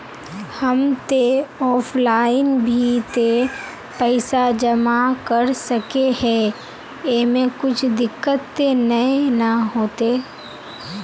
हम ते ऑफलाइन भी ते पैसा जमा कर सके है ऐमे कुछ दिक्कत ते नय न होते?